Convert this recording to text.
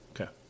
Okay